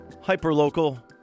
hyper-local